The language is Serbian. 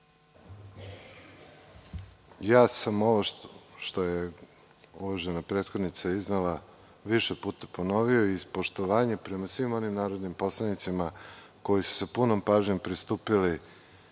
Antić** Ovo što je uvažena koleginica iznela više puta sam ponovio. Iz poštovanja prema svim onim narodnim poslanicima koji su sa punom pažnjom pristupili